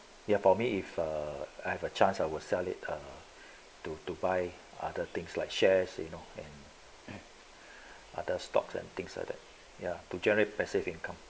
ya for me if uh I have a chance I will sell it err to to buy other things like shares you know and other stocks and things like that ya to generate passive income